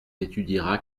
étudiera